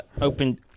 open